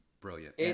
brilliant